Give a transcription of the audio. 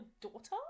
daughter